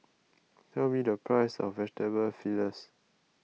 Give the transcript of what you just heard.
tell me the price of Vegetable